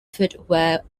footwear